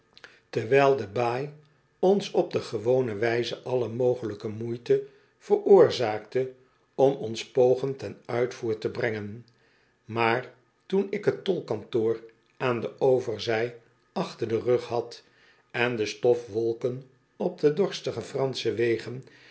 terwijl de baai ons op de gewone wijze alle mogelijke moeite veroorzaakte om ons pogen ten uitvoer te brengen maar toen ik t tolkantoor aan de overzij achter den rug had en de stofwolken op de dorstige fransche wegen